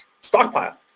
stockpile